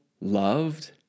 loved